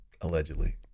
allegedly